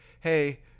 hey